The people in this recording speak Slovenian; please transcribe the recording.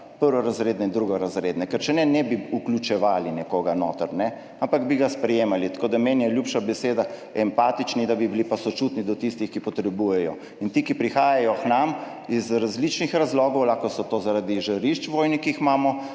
prvorazredne in drugorazredne, ker če ne, ne bi vključevali nekoga noter, ampak bi ga sprejemali. Tako da meni je ljubša beseda empatični, da bi bili sočutni do tistih, ki potrebujejo. Ti, ki prihajajo k nam iz različnih razlogov, lahko je to zaradi vojnih žarišč, ki jih imamo